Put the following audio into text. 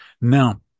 Now